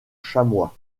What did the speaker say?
chamois